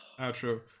outro